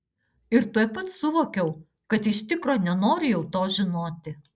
ir tuoj pat suvokiau kad iš tikro nenoriu jau to žinoti